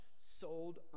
sold